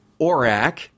ORAC